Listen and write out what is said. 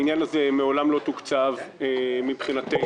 העניין הזה מעולם לא תוקצב מבחינתנו.